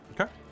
Okay